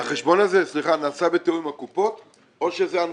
החשבון הזה נעשה בתיאום עם הקופות או שזאת הנחתה?